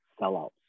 sellouts